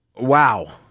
Wow